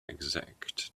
exact